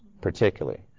particularly